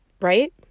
right